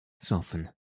soften